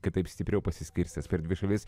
kad taip stipriau pasiskirstęs per dvi šalis